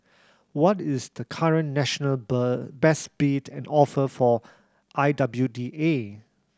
what is the current national best bid and offer for I W D A